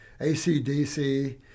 ACDC